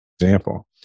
example